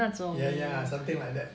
ya ya something like that